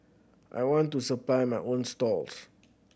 I want to supply my own stalls